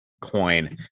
coin